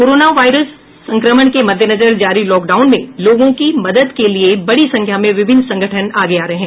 corona virus संक्रमण के मद्देनजर जारी लॉकडाउन में लोगों की मदद के लिए बड़ी संख्या में विभिन्न संगठन आगे आ रहे हैं